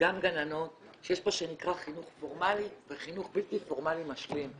וגם גננות שיש מה שנקרא חינוך פורמלי וחינוך בלתי פורמלי משלים.